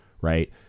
right